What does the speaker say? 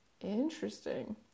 Interesting